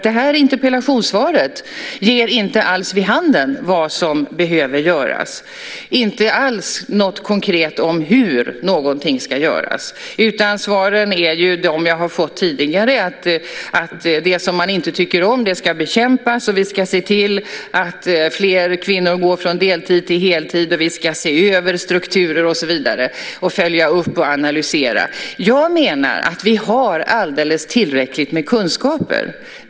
Det här interpellationssvaret ger inte alls vid handen vad som behöver göras. Det finns inte alls något konkret om hur någonting ska göras. Svaren är de jag har fått tidigare, att det som man inte tycker om ska bekämpas, att vi ska se till att fler kvinnor går från deltid till heltid, att vi ska se över strukturer, följa upp och analysera och så vidare. Jag menar att vi har alldeles tillräckligt med kunskaper.